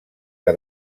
que